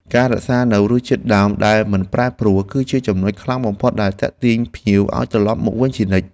ការរក្សានូវរសជាតិដើមដែលមិនប្រែប្រួល គឺជាចំនុចខ្លាំងបំផុតដែលទាក់ទាញភ្ញៀវឱ្យត្រឡប់មកវិញជានិច្ច។